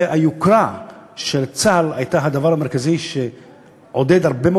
היוקרה של צה"ל הייתה הדבר המרכזי שעודד הרבה מאוד